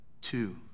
Two